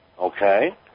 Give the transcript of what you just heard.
Okay